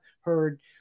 heard